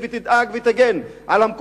שם.